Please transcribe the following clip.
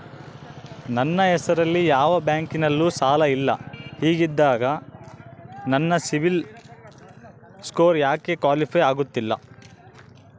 ನನ್ನ ಹೆಸರಲ್ಲಿ ಯಾವ ಬ್ಯಾಂಕಿನಲ್ಲೂ ಸಾಲ ಇಲ್ಲ ಹಿಂಗಿದ್ದಾಗ ನನ್ನ ಸಿಬಿಲ್ ಸ್ಕೋರ್ ಯಾಕೆ ಕ್ವಾಲಿಫೈ ಆಗುತ್ತಿಲ್ಲ?